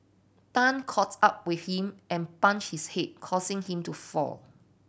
Tan caughts up with him and punched his head causing him to fall